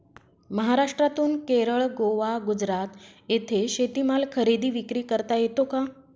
महाराष्ट्रातून केरळ, गोवा, गुजरात येथे शेतीमाल खरेदी विक्री करता येतो का?